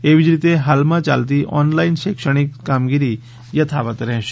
એવી જ રીતે હાલમાં ચાલતી ઓનલાઈન શૈક્ષણિક કામગીરી યથાવત રહેશે